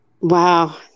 Wow